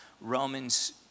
Romans